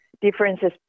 differences